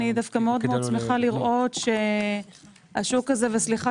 אני דווקא מאוד מאוד שמחה לראות שהשוק הזה וסליחה